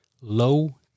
low